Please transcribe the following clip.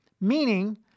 meaning